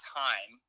time